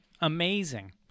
Amazing